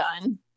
done